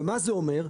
ומה זה אומר?